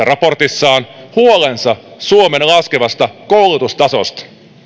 raportissaan huolensa suomen laskevasta koulutustasosta